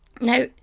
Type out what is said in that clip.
Now